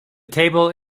table